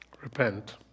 Repent